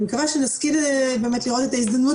ואני מקווה שנשכיל באמת לראות את ההזדמנות